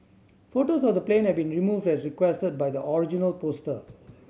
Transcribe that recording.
photos of the plane have been removed as requested by the original poster